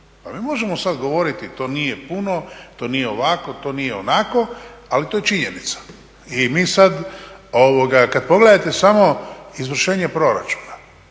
A mi možemo sad govoriti to nije puno, to nije ovako, to nije onako, ali to je činjenica. I mi sad kad pogledate samo izvršenje proračuna,